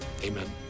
Amen